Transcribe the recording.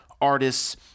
artists